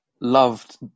loved